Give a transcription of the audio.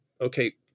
okay